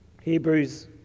Hebrews